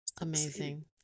Amazing